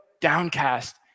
downcast